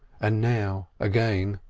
and now, again,